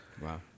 Wow